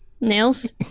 Nails